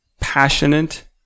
passionate